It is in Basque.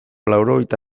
laurogeita